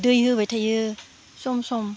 दै होबाय थायो सम सम